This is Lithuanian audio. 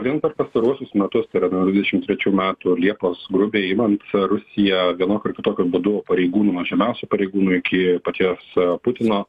vien per pastaruosius metus tai yra dvidešim trečių metų liepos grubiai imant rusija vienokiu ar kitokiu būdu pareigūnų nuo žemiausių pareigūnų iki paties putino